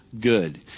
good